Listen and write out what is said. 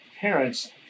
parents